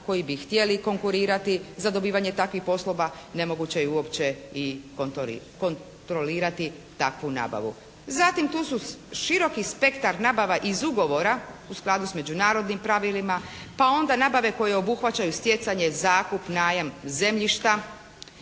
koji bi htjeli konkurirati za dobivanje takvih poslova, nemoguće je i uopće i kontrolirati takvu nabavu. Zatim tu su široki spektar nabava iz ugovora u skladu s međunarodnim pravilima, pa onda nabave koje obuhvaćaju stjecanje zakup, najam zemljišta,